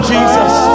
Jesus